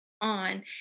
on